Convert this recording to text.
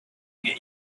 get